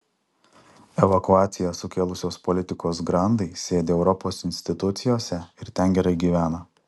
evakuaciją sukėlusios politikos grandai sėdi europos institucijose ir ten gerai gyvena